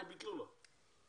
למה ביטלו לך?